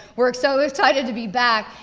we're so excited to be back.